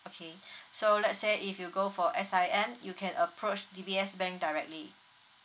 okay so let's say if you go for S_I_M you can approach D_B_S bank directly